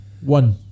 One